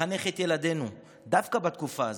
לחנך את ילדינו דווקא בתקופה הזאת,